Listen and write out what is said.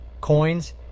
coins